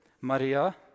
Maria